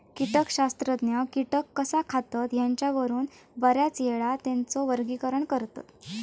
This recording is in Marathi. कीटकशास्त्रज्ञ कीटक कसा खातत ह्येच्यावरून बऱ्याचयेळा त्येंचा वर्गीकरण करतत